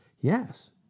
Yes